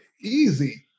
Easy